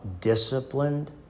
disciplined